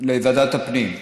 ועדת הפנים.